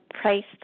priced